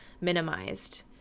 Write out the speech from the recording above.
minimized